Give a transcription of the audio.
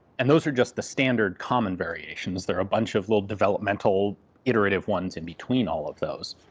and those are just the standard common variations. there're a bunch of little developmental iterative ones in between all of those.